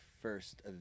first